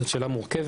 זו שאלה מורכבת.